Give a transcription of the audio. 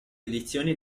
edizioni